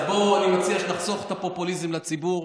אז בואו, אני מציע שנחסוך את הפופוליזם לציבור.